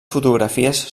fotografies